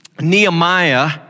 Nehemiah